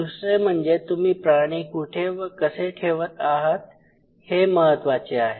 दुसरे म्हणजे तुम्ही प्राणी कुठे व कसे ठेवत आहात हे महत्वाचे आहे